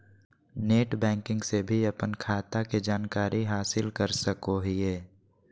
net banking से भी अपन खाता के जानकारी हासिल कर सकोहिये